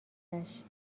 ازش